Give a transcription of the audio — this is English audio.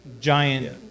giant